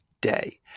day